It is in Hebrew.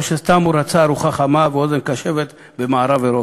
או שהוא סתם רצה ארוחה חמה ואוזן קשבת במערב אירופה.